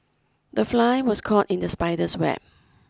the fly was caught in the spider's web